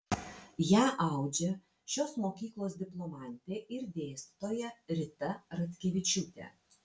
ją audžia šios mokyklos diplomantė ir dėstytoja rita ratkevičiūtė